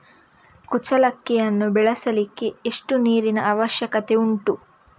ಕುಚ್ಚಲಕ್ಕಿಯನ್ನು ಬೆಳೆಸಲಿಕ್ಕೆ ಎಷ್ಟು ನೀರಿನ ಅವಶ್ಯಕತೆ ಉಂಟು?